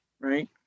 right